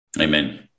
Amen